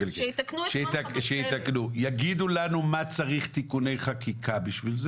שיתקנו את נוהל חבצלת.